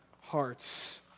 hearts